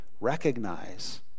recognize